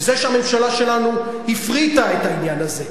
וזה שהממשלה שלנו הפריטה את העניין הזה,